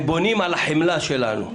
הם בונים על החמלה שלנו,